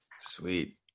Sweet